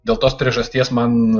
dėl tos priežasties man